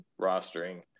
rostering